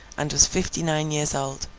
and was fifty nine years old.